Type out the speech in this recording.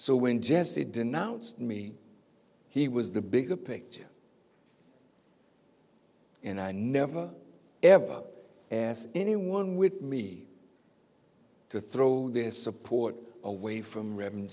when jesse denounced me he was the bigger picture and i never ever asked anyone with me to throw their support away from re